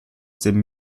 dem